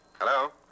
Hello